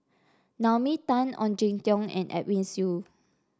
Naomi Tan Ong Jin Teong and Edwin Siew